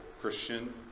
Christian